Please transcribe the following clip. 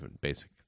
basic